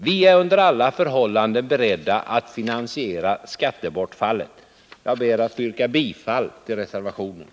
Vi är under alla förhållanden beredda att finansiera skattebortfallet. Jag ber att få yrka bifall till reservationen.